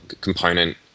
component